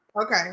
okay